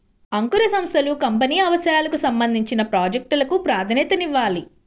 అంకుర సంస్థలు కంపెనీ అవసరాలకు సంబంధించిన ప్రాజెక్ట్ లకు ప్రాధాన్యతనివ్వాలి